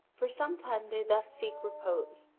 for some time they thus seek repose,